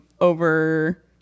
over